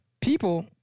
people